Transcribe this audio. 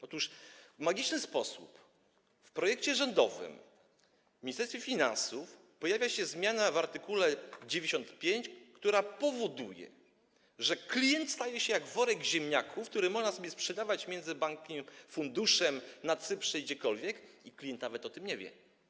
Otóż w magiczny sposób w projekcie rządowym w Ministerstwie Finansów pojawia się zmiana w art. 95, która powoduje, że klient staje się jak worek ziemniaków, który można sobie sprzedawać w relacjach między bankiem, funduszem na Cyprze i gdziekolwiek, i nawet o tym nie wie.